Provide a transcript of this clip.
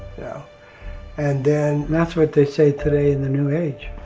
yeah and then that's what they say today in the new age.